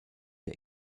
der